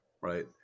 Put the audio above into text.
right